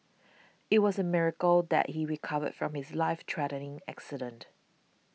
it was a miracle that he recovered from his life threatening accident